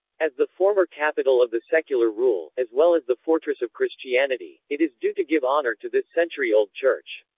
as the former capital of the secular rule, as well as the fortress of christianity, it is due to give honor to this century-old church.